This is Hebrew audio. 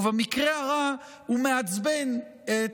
ובמקרה הרע הוא מעצבן את,